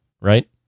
right